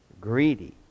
greedy